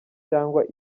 cyangwa